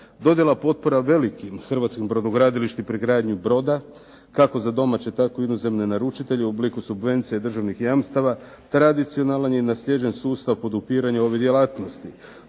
Dodjela potpora velikim hrvatskim brodogradilištu pri gradnji broda, kako za domaće tako i inozemne naručitelje, u obliku subvencija i državnih jamstava tradicionalan je i naslijeđen sustav podupiranja ove djelatnosti.